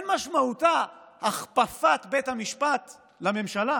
אין משמעותה הכפפת בית המשפט לממשלה,